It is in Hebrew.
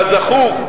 כזכור,